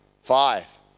five